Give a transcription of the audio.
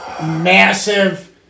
massive